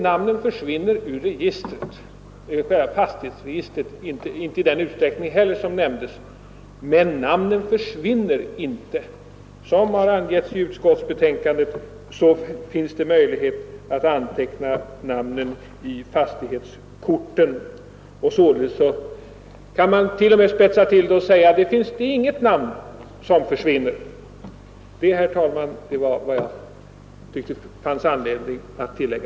Visserligen kommer namnen bort ur själva fastighetsdataregistret — om än inte i den utsträckning som nämndes — men namnen försvinner inte. Som angetts i utskottets betänkande finns det möjligheter att anteckna namnet i fastighetskorten. Således kan man till och med spetsa till det och säga att inga namn kommer att försvinna. Detta är, herr talman, vad jag fann anledning att tillägga.